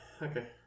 Okay